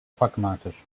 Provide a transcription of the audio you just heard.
pragmatisch